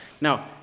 Now